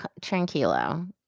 tranquilo